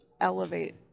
elevate